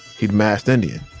he'd masked indian,